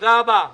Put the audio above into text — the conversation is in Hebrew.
תודה רבה.